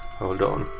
hold on.